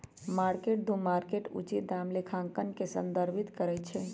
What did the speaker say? mark to market उचित दाम लेखांकन के संदर्भित करइ छै